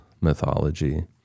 mythology